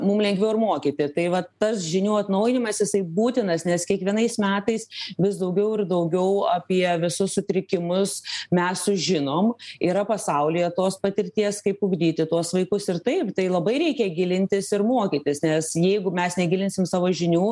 mum lengviau ir mokyti tai vat tas žinių atnaujinimas jisai būtinas nes kiekvienais metais vis daugiau ir daugiau apie visus sutrikimus mes sužinom yra pasaulyje tos patirties kaip ugdyti tuos vaikus ir taip tai labai reikia gilintis ir mokytis nes jeigu mes neginsim savo žinių